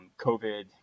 COVID